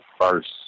first